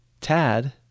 tad